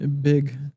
big